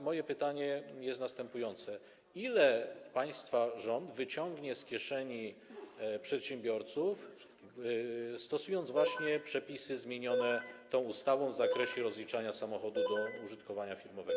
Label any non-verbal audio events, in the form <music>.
Moje pytanie jest następujące: Ile państwa rząd wyciągnie z kieszeni przedsiębiorców, stosując przepisy <noise> zmienione właśnie tą ustawą w zakresie rozliczania samochodu do użytkowania firmowego?